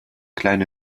kleine